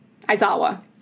Aizawa